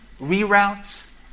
reroutes